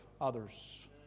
others